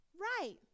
Right